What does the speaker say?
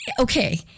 Okay